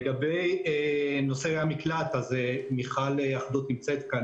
לגבי נושא המקלט מיכל אחדות נמצאת כאן,